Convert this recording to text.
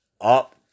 up